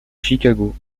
chicago